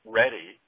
ready